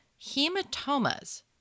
hematomas